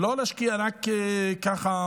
ולא להשקיע רק ככה,